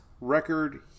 record